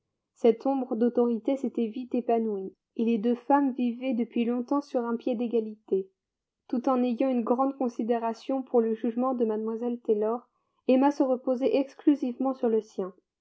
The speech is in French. cette ombre d'autorité s'était vite évanouie et les deux femmes vivaient depuis longtemps sur un pied d'égalité tout en ayant une grande considération pour le jugement de mlle taylor emma se reposait exclusivement sur le sien